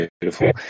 Beautiful